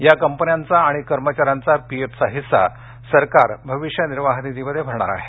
या कंपन्यांचा आणि कर्मचाऱ्यांचा पीएफचा हिस्सा सरकार भविष्य निर्वाह निधीमध्ये भरणार आहे